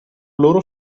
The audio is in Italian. loro